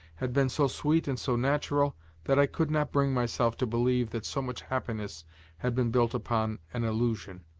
had been so sweet and so natural that i could not bring myself to believe that so much happiness had been built upon an illusion.